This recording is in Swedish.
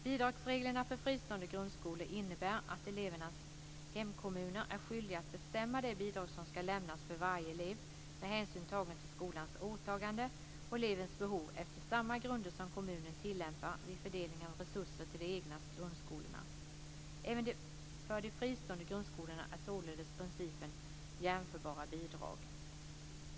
Bidragsreglerna för fristående grundskolor innebär att elevernas hemkommuner är skyldiga att bestämma det bidrag som ska lämnas för varje elev med hänsyn tagen till skolans åtagande och elevens behov efter samma grunder som kommunen tillämpar vid fördelning av resurser till de egna grundskolorna. Även för de fristående grundskolorna är således principen jämförbara bidrag.